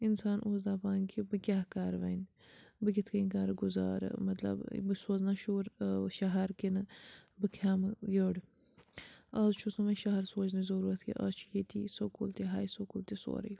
انسان اوس دَپان کہِ بہٕ کیٛاہ کَرٕ وۄنۍ بہٕ کِتھ کٔنۍ کَرٕ گُزارٕ مطلب بہٕ سوز نا شُر ٲں شہر کِنہٕ بہٕ کھیٚمہٕ یٔڑ آز چھُس نہٕ وۄنۍ شہر سوزنٕچۍ ضروٗرت کیٚنٛہہ آز چھُ ییٚتی سکوٗل تہِ ہاے سکوٗل تہِ سورُے